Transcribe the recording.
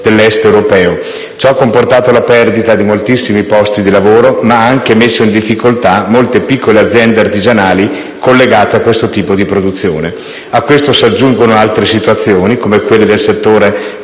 dell'Est europeo. Ciò ha comportato la perdita di moltissimi posti di lavoro, ma ha anche messo in difficoltà molte piccole aziende artigianali collegate a questo tipo di produzione. A ciò si aggiungono altre situazioni, come quelle del settore